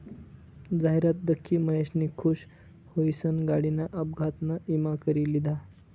जाहिरात दखी महेशनी खुश हुईसन गाडीना अपघातना ईमा करी लिधा